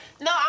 No